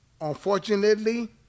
unfortunately